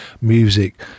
music